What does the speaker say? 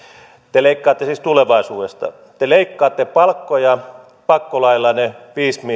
te leikkaatte siis tulevaisuudesta te leikkaatte palkkoja pakkolaillanne